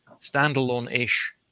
standalone-ish